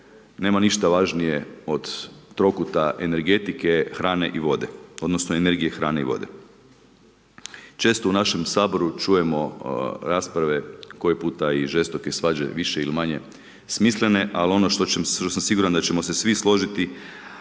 nema ništa važnije od trokuta energetike, hrane i vode odnosno energije hrane i vode. Često u našem Saboru čujemo rasprave koje puta i žestoke svađe više ili manje smislene ali ono što sam siguran da ćemo se svi složiti